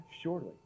surely